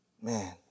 Man